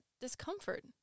discomfort